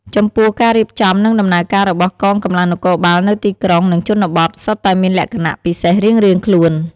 ចំពោះការរៀបចំ និងដំណើរការរបស់កងកម្លាំងនគរបាលនៅទីក្រុង និងជនបទ សុទ្ធតែមានលក្ខណៈពិសេសរៀងៗខ្លួន។